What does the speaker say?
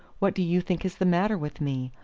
what do you think is the matter with me?